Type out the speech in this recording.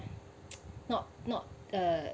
not not uh